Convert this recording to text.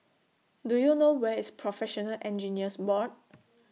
Do YOU know Where IS Professional Engineers Board